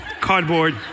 cardboard